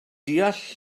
deall